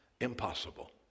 impossible